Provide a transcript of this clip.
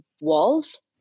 walls